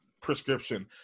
prescription